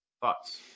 Thoughts